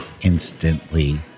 instantly